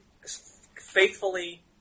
faithfully